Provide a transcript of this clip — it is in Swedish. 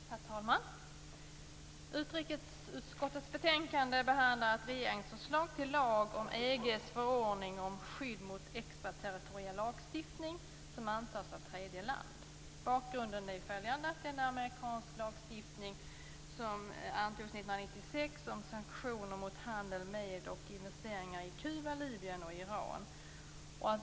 Herr talman! Utrikesutskottets betänkande behandlar ett regeringsförslag till lag om EG:s förordning om skydd mot extraterritoriell lagstiftning som antas av tredje land. Bakgrunden är en amerikansk lagstiftning som antogs 1996 om sanktioner mot handel med och investeringar i Kuba, Libyen och Iran.